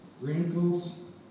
wrinkles